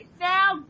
now